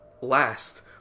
last